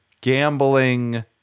gambling